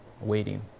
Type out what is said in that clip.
waiting